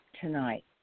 tonight